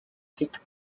thick